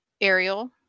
ariel